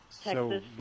Texas